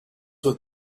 with